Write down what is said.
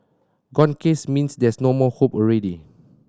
gone case means there's no more hope already